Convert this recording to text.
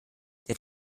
der